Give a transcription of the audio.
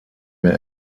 mehr